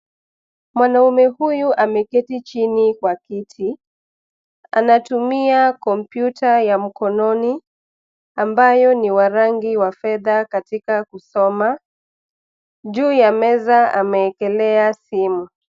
Mwanaume huyu ameketi chini kwa kiti. Anatumia kompyuta ya mkononi ambayo ni wa rangi wa fedha katika kusoma. Juu ya meza ameekelea simu.